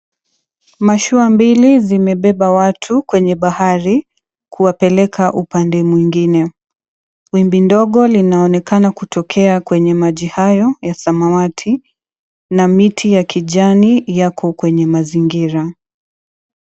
Mashua mbili zimebeba watu kwenye bahari .Kuwapeleka upande mwingine. Wimbi ndogo linaonekana kutokea kwenye maji hayo ya samawati. Na miti ya kijani yako kwenye mazingira.